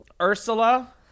Ursula